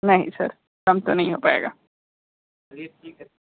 नहीं सर कम तो नहीं हो पाएगा